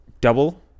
double